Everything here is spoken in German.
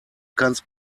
kannst